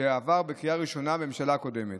שעבר בקריאה ראשונה בממשלה הקודמת.